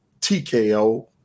TKO